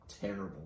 terrible